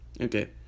Okay